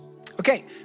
Okay